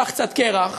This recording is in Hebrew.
קח קצת קרח,